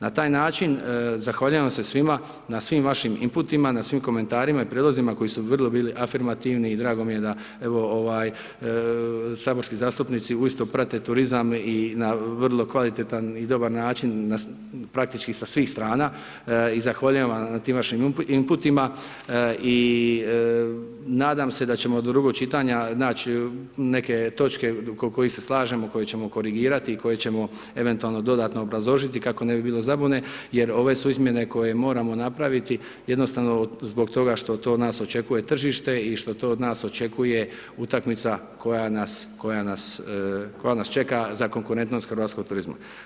Na taj način, zahvaljujem vam se svima, na svim vašim inputima, na svim komentarima i prilozima koji su vrlo bili afirmativni i drago mi je da, evo, saborski zastupnici isto prate turizam i na vrlo kvalitetan i dobar način, praktički sa svih strana i zahvaljujem vam na tim vašim inputima i nadam se da ćemo do drugog čitanja naći neke točke oko kojih se slažemo, koje ćemo korigirati i koje ćemo eventualno dodatno obrazložiti kako ne bi bilo zabune jer ove su izmjene koje moramo napraviti jednostavno zbog toga što to od nas očekuje tržište i što to od nas očekuje utakmica koja nas čeka za konkurentnost hrvatskog turizma.